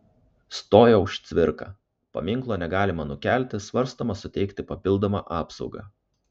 stojo už cvirką paminklo negalima nukelti svarstoma suteikti papildomą apsaugą